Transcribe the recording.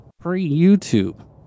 pre-YouTube